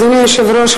אדוני היושב-ראש,